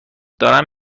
دارم